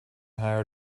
higher